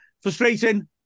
Frustrating